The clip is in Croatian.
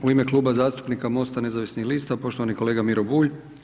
U ime Kluba zastupnika Mosta nezavisnih lista, poštovani kolega Miro Bulj.